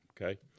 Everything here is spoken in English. okay